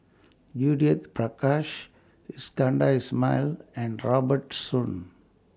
Judith Prakash Iskandar Ismail and Robert Soon